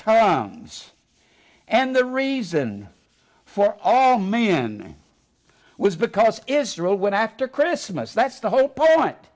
tom's and the reason for all man was because israel went after christmas that's the whole point